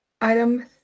item